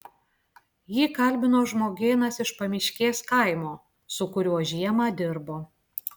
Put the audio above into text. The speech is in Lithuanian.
jį kalbino žmogėnas iš pamiškės kaimo su kuriuo žiemą dirbo